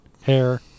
Hair